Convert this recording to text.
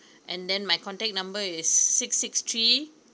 and then my contact number is six six three